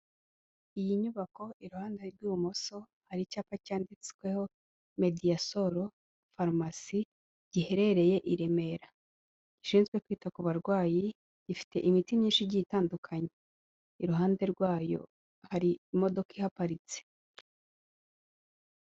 Iyi nyubako iruhande rw'ibumoso hari icyapa cyanditsweho mediyasoro farumasi, giherereye i Remera, gishinzwe kwita ku barwayi, gifite imiti myinshi igiye itandukanye, iruhande rwayo hari imodoka ihaparitse.